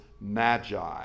magi